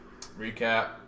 Recap